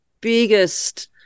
biggest